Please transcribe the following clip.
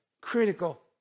critical